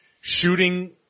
shooting